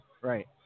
Right